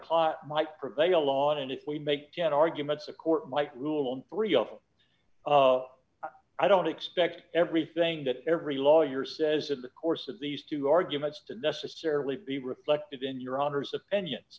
client might prevail a lot and if we make ten arguments a court might rule three of them of i don't expect everything that every lawyer says in the course of these two arguments to necessarily be reflected in your honour's opinions